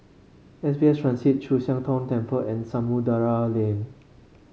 S B S Transit Chu Siang Tong Temple and Samudera Lane